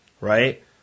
right